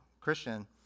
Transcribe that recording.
Christian